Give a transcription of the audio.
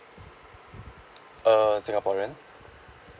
err singaporean